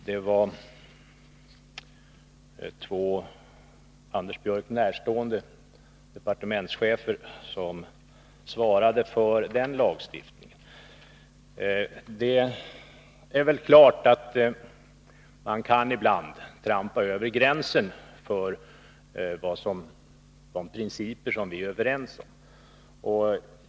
Det var två Anders Björck närstående departementschefer som svarade för den lagstiftningen. Det är klart att man ibland kan trampa över gränsen för de principer vi är överens om.